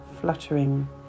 fluttering